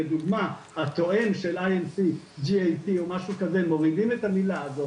לדוגמא הטוען של --- או משהו כזה ומורידים את המילה הזאת,